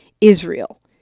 Israel